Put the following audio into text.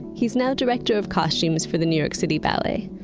he's now director of costumes for the new york city ballet.